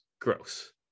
Gross